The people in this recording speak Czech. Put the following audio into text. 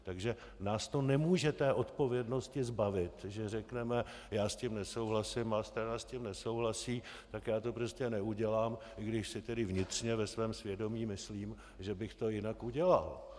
Takže nás to nemůže odpovědnosti zbavit, když řekneme: já s tím nesouhlasím, má strana s tím nesouhlasí, tak já to prostě neudělám, i když si tedy vnitřně ve svém svědomí myslím, že bych to jinak udělal.